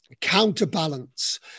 counterbalance